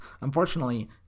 Unfortunately